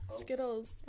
Skittles